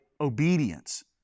obedience